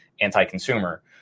anti-consumer